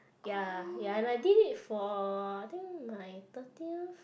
ya and I did it for I think my thirtieth